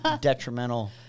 detrimental